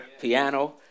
piano